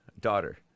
daughter